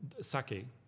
sake